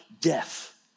death